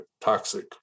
toxic